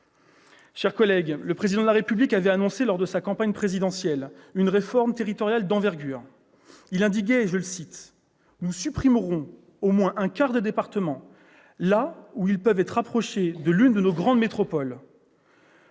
chers collègues, le Président de la République avait annoncé lors de la campagne présidentielle une réforme territoriale d'envergure. Il avait indiqué :« Nous supprimerons au moins un quart des départements, là où ils peuvent être rapprochés de l'une de nos grandes métropoles. [